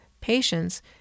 patients